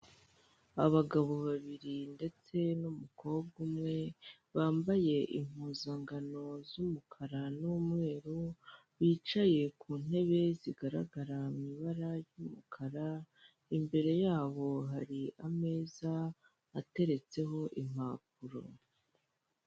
Abagabo babiri ndetse n'umukobwa umwe bambaye impuzangano z'umukara n'umweru, bicaye ku ntebe zigaragara mu ibara ry'umukara, imbere yabo hari ameza ateretseho impapuro.